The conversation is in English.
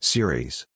Series